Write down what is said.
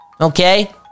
Okay